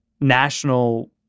national